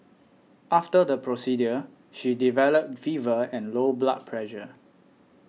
after the procedure she developed fever and low blood pressure